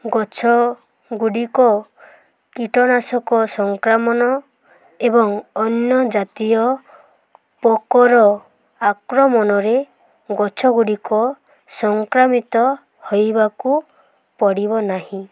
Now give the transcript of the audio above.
ଗଛଗୁଡ଼ିକ କୀଟନାଶକ ସଂକ୍ରାମକ ଏବଂ ଅନ୍ୟ ଜାତୀୟ ପୋକର ଆକ୍ରମଣରେ ଗଛଗୁଡ଼ିକ ସଂକ୍ରାମିତ ହେବାକୁ ପଡ଼ିବ ନାହିଁ